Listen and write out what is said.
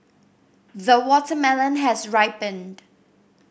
the watermelon has ripened